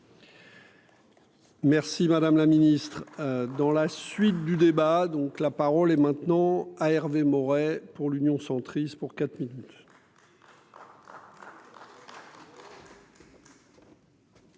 Merci madame la ministre, dans la suite du débat donc la parole est maintenant à Hervé Maurey pour l'Union centriste pour quatre minutes.